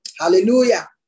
Hallelujah